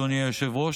אדוני היושב-ראש,